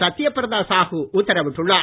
சத்யபிரதா சாஹூ உத்தரவிட்டுள்ளார்